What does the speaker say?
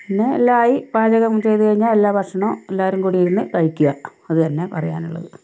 പിന്നെ എല്ലാം ആയി പാചകം ചെയ്തു കഴിഞ്ഞാൽ എല്ലാ ഭക്ഷണം എല്ലാവരും കൂടി ഇരുന്ന് കഴിക്കുക അതു തന്നെ പറയാനുള്ളത്